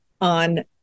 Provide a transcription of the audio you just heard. on